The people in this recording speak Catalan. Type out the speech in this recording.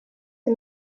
que